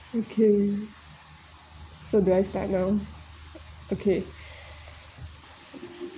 okay so do I start now okay